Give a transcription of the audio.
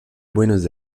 buenos